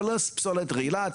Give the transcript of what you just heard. כולל פסולת רעילה,